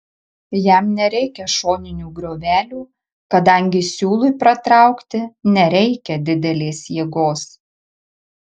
jam nereikia šoninių griovelių kadangi siūlui pratraukti nereikia didelės jėgos